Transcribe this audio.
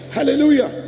Hallelujah